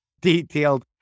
detailed